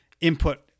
input